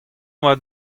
doa